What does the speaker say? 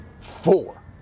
Four